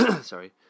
sorry